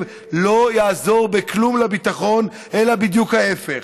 לא יעזור בכלום לביטחון אלא בדיוק ההפך.